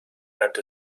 and